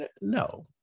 No